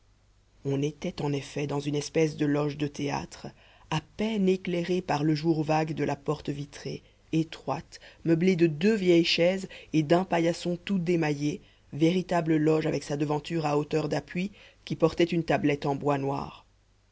on était en effet dans une espèce de loge de théâtre à peine éclairée par le jour vague de la porte vitrée étroite meublée de deux vieilles chaises et d'un paillasson tout démaillé véritable loge avec sa devanture à hauteur d'appui qui portait une tablette en bois noir